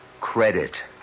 Credit